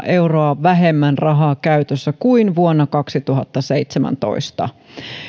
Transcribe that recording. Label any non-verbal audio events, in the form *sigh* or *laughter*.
*unintelligible* euroa vähemmän rahaa käytössä kuin vuonna kaksituhattaseitsemäntoista